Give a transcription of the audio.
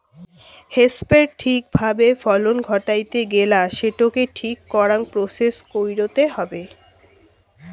হেম্পের ঠিক ভাবে ফলন ঘটাইতে গেলা সেটোকে ঠিক করাং প্রসেস কইরতে হবে